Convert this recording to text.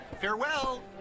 Farewell